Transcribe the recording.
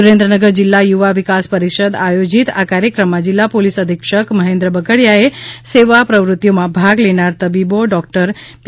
સુરેન્દ્રનગર જિલ્લા યુવા વિકાસ પરિષદ આયોજીત આ કાર્યક્રમમાં જિલ્લા પોલીસ અધિક્ષક મહેન્દ્ર બગડિયાએ આ સેવા પ્રવૃત્તિઓમાં ભાગ લેનારા તબીબો ડૉક્ટર પી